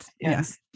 Yes